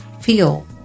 feel